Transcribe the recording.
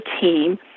team